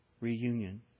reunion